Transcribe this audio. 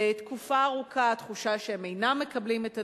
ותקופה ארוכה התחושה היא שהם אינם מקבלים את התמורה,